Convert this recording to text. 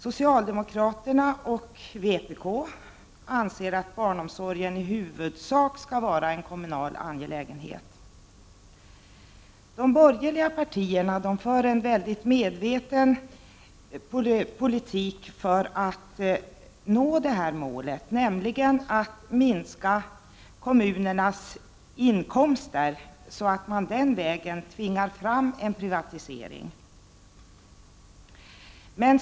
Socialdemokraterna och vpk anser att barnomsorgen i huvudsak skall vara en kommunal angelägenhet. De borgerliga partierna för en mycket medveten politik för att nå sitt mål, nämligen att minska kommunernas inkomster för att den vägen tvinga fram en privatisering.